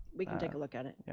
we can take a look at it, yeah